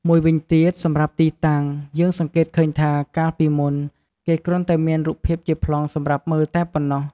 មួយវិញទៀត សម្រាប់ទីតាំង យើងសង្កេតឃើញថា កាលពីមុន គេគ្រាន់តែមានរូបភាពជាប្លង់សម្រាប់មើលតែប៉ុណ្ណោះ។